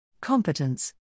competence